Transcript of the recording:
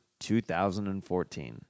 2014